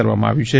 કરવામાં આવ્યું છે